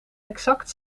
exact